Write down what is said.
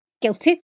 guilty